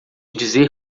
dizer